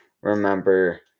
remember